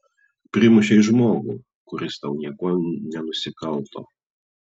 primušei žmogų kuris tau niekuo nenusikalto